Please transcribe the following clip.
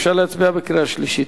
אפשר להצביע בקריאה שלישית?